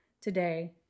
today